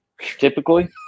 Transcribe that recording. typically